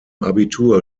abitur